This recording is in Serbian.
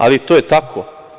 Ali, to je tako.